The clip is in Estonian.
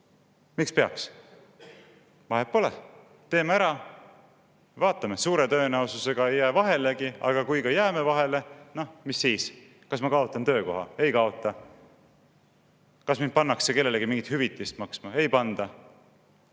Miks peaks? Vahet pole, teeme ära! Suure tõenäosusega jää vahele, aga kui jääme vahele, no mis siis? Kas ma kaotan töökoha? Ei kaota. Kas mind pannakse kellelegi mingit hüvitist maksma? Ei panda.